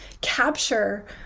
capture